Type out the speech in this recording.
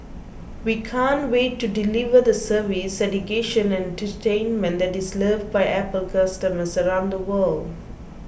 we can't wait to deliver the service education and entertainment that is loved by Apple customers around the world